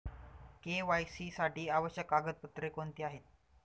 KYC साठी आवश्यक कागदपत्रे कोणती आहेत?